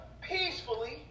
peacefully